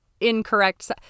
incorrect